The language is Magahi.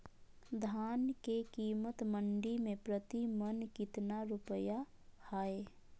धान के कीमत मंडी में प्रति मन कितना रुपया हाय?